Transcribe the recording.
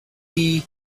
dee